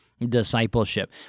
discipleship